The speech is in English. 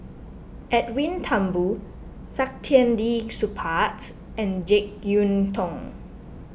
Edwin Thumboo Saktiandi Supaat and Jek Yeun Thong